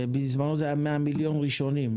בזמנו זה היה 100 מיליון ראשונים.